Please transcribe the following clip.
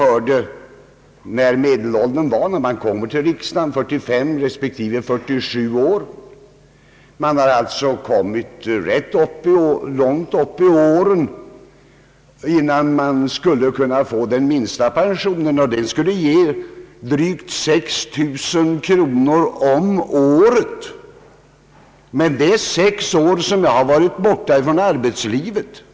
Vi hörde att medelåldern för dem som kommer till sin första riksdag var 45 resp. 47 år. Man måste alltså ha kommit rätt långt upp i åren, innan man kan få den lägsta pensionen — drygt 6 000 kronor om året. Man har då varit borta från arbetslivet i sex år.